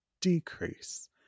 decrease